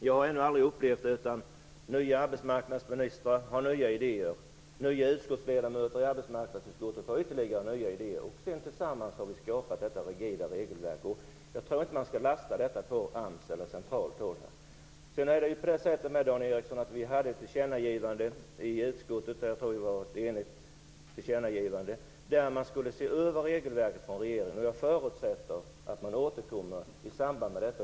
Jag har ännu aldrig upplevt annat än att nya arbetsmarknadsministrar har nya idéer. Nya utskottsledamöter i arbetsmarknadsutskottet har ytterligare nya idéer. Tillsammans har vi skapat detta rigida regelverk. Jag tror inte att man skall lasta det på AMS Vi gjorde ett tillkännagivande i utskottet, Dan Ericsson. Jag tror att det var ett enigt tillkännagivande. Regeringen skulle se över regelverket. Jag förutsätter att regeringen återkommer.